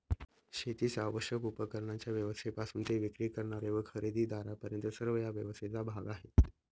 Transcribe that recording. शेतीस आवश्यक उपकरणांच्या व्यवस्थेपासून ते विक्री करणारे व खरेदीदारांपर्यंत सर्व या व्यवस्थेचा भाग आहेत